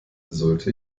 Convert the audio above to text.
sollte